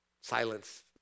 Silence